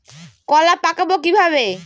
কলা পাকাবো কিভাবে?